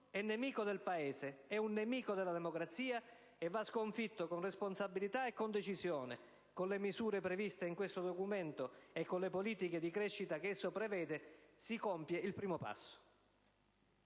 un nemico del Paese, è un nemico della democrazia e va sconfitto con responsabilità e con decisione. Con le misure previste nel DEF e con le politiche di crescita che esso prevede, si compie il primo passo.